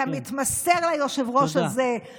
אתה מתמסר ליושב-ראש הזה, תודה.